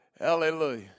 Hallelujah